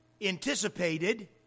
anticipated